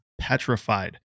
petrified